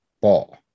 ball